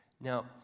Now